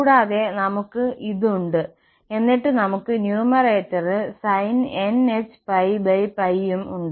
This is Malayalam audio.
കൂടാതെ നമുക്ക് −1n 1¿ ഉണ്ട് എന്നിട്ട് നമുക്ക് ന്യൂമെറേറ്ററിൽ sinhππ ഉം ഉണ്ട്